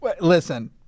Listen